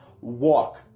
Walk